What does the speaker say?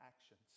actions